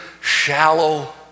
shallow